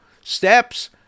steps